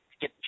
get